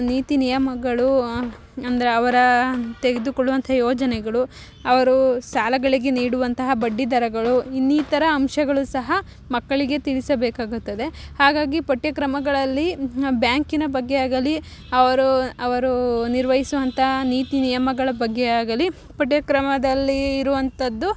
ನೀತಿ ನಿಯಮಗಳು ಅಂದರೆ ಅವರ ತೆಗೆದುಕೊಳ್ಳುವಂಥ ಯೋಜನೆಗಳು ಅವರು ಸಾಲಗಳಿಗೆ ನೀಡುವಂತಹ ಬಡ್ಡಿದರಗಳು ಇನ್ನಿತರ ಅಂಶಗಳು ಸಹ ಮಕ್ಕಳಿಗೆ ತಿಳಿಸಬೇಕಾಗುತ್ತದೆ ಹಾಗಾಗಿ ಪಠ್ಯಕ್ರಮಗಳಲ್ಲಿ ಬ್ಯಾಂಕಿನ ಬಗ್ಗೆ ಆಗಲಿ ಅವರು ಅವರು ನಿರ್ವಹಿಸುವಂಥ ನೀತಿ ನಿಯಮಗಳ ಬಗ್ಗೆಯಾಗಲಿ ಪಠ್ಯಕ್ರಮದಲ್ಲಿ ಇರುವಂಥದ್ದು